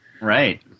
Right